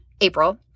April